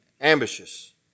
ambitious